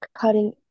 cutting